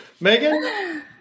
Megan